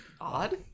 Odd